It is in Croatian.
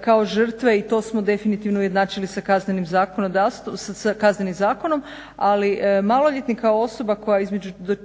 kao žrtve i to smo definitivno ujednačili sa kaznenim zakonom ali maloljetnik kao osoba koja između 14.